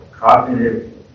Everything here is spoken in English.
Cognitive